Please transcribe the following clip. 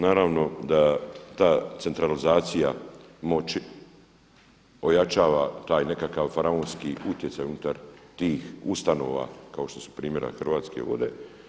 Naravno da ta centralizacija moći ojačava taj nekakav faraonski utjecaj unutar tih ustanova kao što su npr. Hrvatske vode.